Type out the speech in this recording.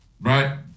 right